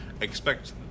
expect